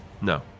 No